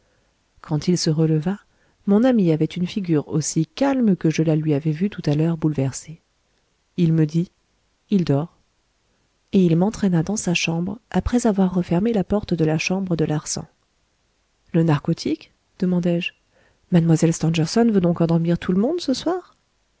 quand il se releva mon ami avait une figure aussi calme que je la lui avais vue tout à l'heure bouleversée il me dit il dort et il m'entraîna dans sa chambre après avoir refermé la porte de la chambre de larsan le narcotique demandai-je mlle stangerson veut donc endormir tout le monde ce soir